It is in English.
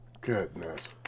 Goodness